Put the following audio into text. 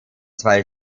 zwei